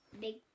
big